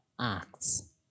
acts